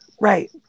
Right